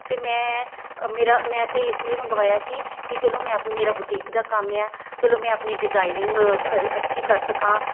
ਅਤੇ ਮੈਂ ਮੇਰਾ ਮੈਂ ਤਾਂ ਇਸ ਲਈ ਮੰਗਵਾਇਆ ਸੀ ਕਿ ਚਲੋ ਮੈਂ ਆਪ ਮੇਰਾ ਬੁਟੀਕ ਦਾ ਕੰਮ ਆ ਚਲੋ ਮੈਂ ਆਪਣੀ ਡਿਜ਼ਾਇਨਿੰਗ ਅ ਅੱਛੀ ਕਰ ਸਕਾਂ